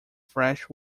fresh